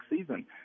season